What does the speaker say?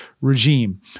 regime